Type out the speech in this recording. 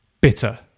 bitter